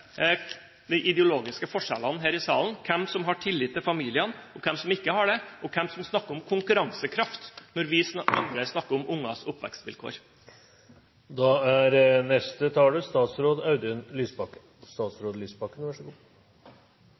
de ideologiske forskjellene her i salen: hvem som har tillit til familiene, og hvem som ikke har det, og hvem som snakker om konkurransekraft når vi andre snakker om ungers oppvekstvilkår. Det er